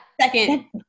Second